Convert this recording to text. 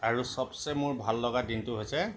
আৰু চবছে মোৰ ভাললগা দিনটো হৈছে